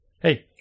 Hey